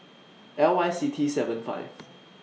L Y C T seven five